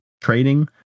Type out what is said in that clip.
trading